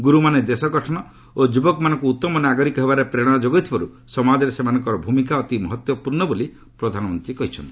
ଗୁରୁମାନେ ଦେଶଗଠନ ଓ ଯ୍ରବକମାନଙ୍କ ଉତ୍ତମ ନାଗରିକ ହେବାରେ ପ୍ରେରଣା ଯୋଗାଉଥିବାର୍ତ ସମାଜରେ ସେମାନଙ୍କର ଭୂମିକା ଅତି ମହତ୍ୱପୂର୍ଣ୍ଣ ବୋଲି ପ୍ରଧାନମନ୍ତ୍ରୀ କହିଚ୍ଛନ୍ତି